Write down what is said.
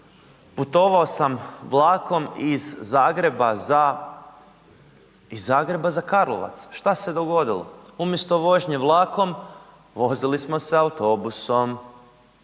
iz Zagreba za, iz Zagreba za Karlovac. Što se dogodilo, umjesto vožnje vlakom, vozili smo se autobusom.